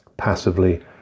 passively